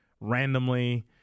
Randomly